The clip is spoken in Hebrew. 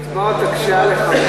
הפגיעה בקצבאות תקשה עליך,